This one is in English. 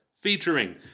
featuring